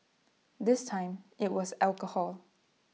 this time IT was alcohol